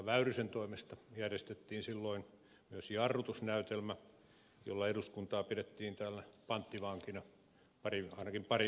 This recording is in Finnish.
väyrysen toimesta järjestettiin silloin myös jarrutusnäytelmä jolla eduskuntaa pidettiin täällä panttivankina ainakin parin viikon ajan